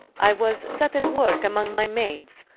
i was set at worke, among my maids,